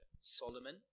Solomon